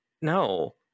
no